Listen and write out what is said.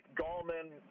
Gallman